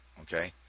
okay